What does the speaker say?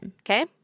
okay